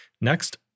Next